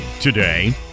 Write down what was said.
today